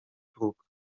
próg